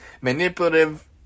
manipulative